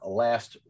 last